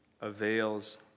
avails